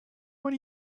what